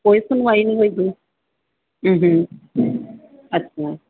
ਕੋਈ ਸੁਣਵਾਈ ਨਹੀਂ ਹੋਈ ਹਮ ਹਮ ਅੱਛਾ